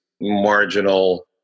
marginal